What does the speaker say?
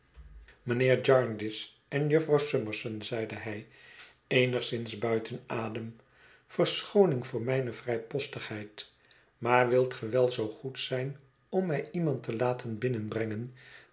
mijnheer jarndyce en jufvrouw summerson zeide hij eenigszins buiten adem verschooning voor mijne vrijpostigheid maar wilt ge wel zoo goed zijn om mij iemand te laten